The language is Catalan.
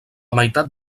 meitat